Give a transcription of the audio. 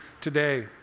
today